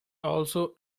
also